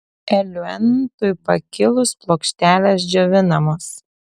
eliuentui pakilus plokštelės džiovinamos